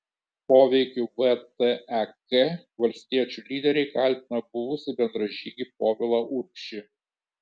poveikiu vtek valstiečių lyderiai kaltina buvusį bendražygį povilą urbšį